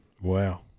Wow